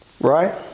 Right